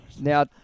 Now